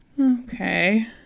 Okay